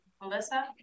Melissa